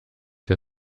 der